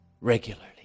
regularly